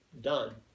done